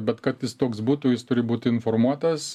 bet kad jis toks būtų jis turi būt informuotas